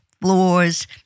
floors